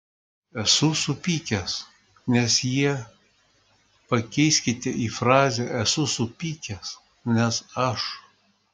esu supykęs nes jie pakeiskite į frazę esu supykęs nes aš